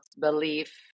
belief